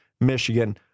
Michigan